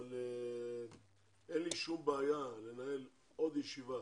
אבל אין לי שום בעיה לנהל עוד ישיבה